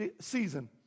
season